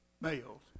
males